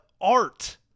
art